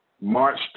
March